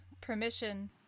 permission